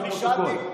נרשם לפרוטוקול.